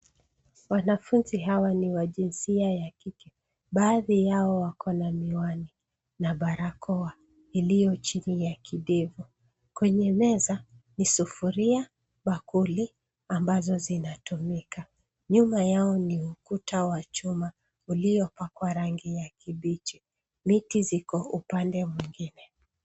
Wanafunzi hawa ni wa jinsia ya kike baadhi yao wako na miwani na barakoa iliyo chini ya kidevu. Kwenye meza ni sufuria, bakuli ambazo zinatumika. Nyuma yao ni ukuta wa chuma uliyopakwa rangi ya kibichi. Miti ziko upande mwingine.